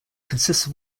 consists